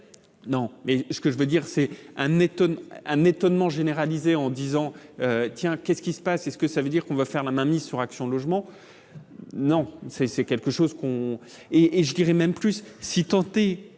non, mais ce que je veux dire c'est un étonne un étonnement généraliser en disant tiens, qu'est ce qui se passe est ce que ça veut dire qu'on va faire la mainmise sur Action Logement non c'est c'est quelque chose qu'on est, et je dirais même plus si tenté